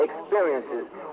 experiences